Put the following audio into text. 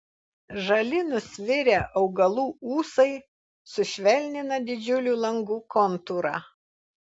žali nusvirę augalų ūsai sušvelnina didžiulių langų kontūrą